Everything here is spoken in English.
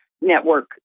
network